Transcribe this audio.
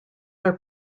are